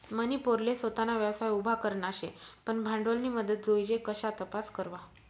मनी पोरले सोताना व्यवसाय उभा करना शे पन भांडवलनी मदत जोइजे कशा तपास करवा?